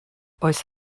oes